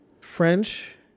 French